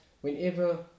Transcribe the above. whenever